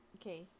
Okay